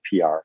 PR